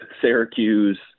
Syracuse